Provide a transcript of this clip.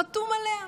הוא חתום עליה,